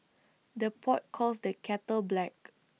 the pot calls the kettle black